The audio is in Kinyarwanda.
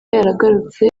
yaragarutse